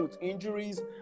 injuries